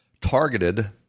targeted